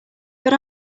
but